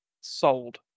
sold